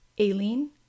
Aileen